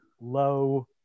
low